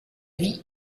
vit